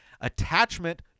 attachment